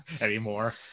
anymore